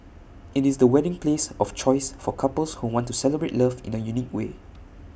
IT is the wedding place of choice for couples who want to celebrate love in A unique way